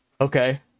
Okay